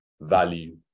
value